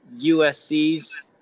USC's